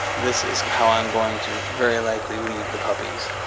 this is how i'm going to very likely leave the puppies,